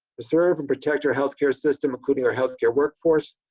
preserve and protect our health care system including our health care workforce,